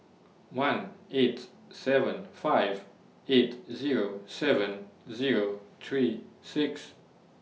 one eight seven five eight Zero seven Zero three six